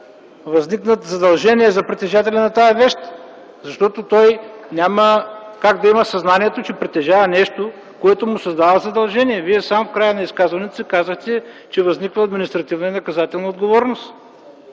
възникнат задължения за притежателя на тая вещ, защото той няма как да има съзнанието, че притежава нещо, което му създава задължение. В края на изказването си Вие сам казахте, че възниква административнонаказателна отговорност.